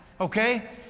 Okay